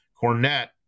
Cornet